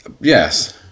Yes